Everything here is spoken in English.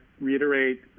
reiterate